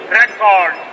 record